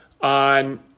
on